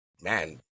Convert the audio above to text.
man